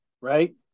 right